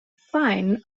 fine